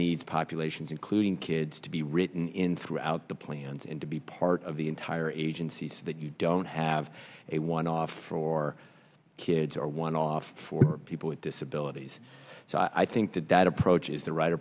needs populations including kids to be written in throughout the plans and to be part of the entire agency so that you don't have a one off for kids or one off for people with disabilities so i think that that approach is the right